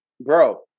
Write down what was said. bro